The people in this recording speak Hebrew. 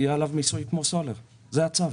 יהיה עליו מיסוי כמו סולר זה הצו.